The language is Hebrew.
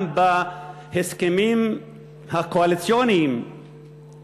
וגם בהסכמים הקואליציוניים,